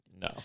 No